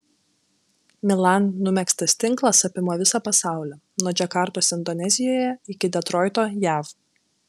milan numegztas tinklas apima visą pasaulį nuo džakartos indonezijoje iki detroito jav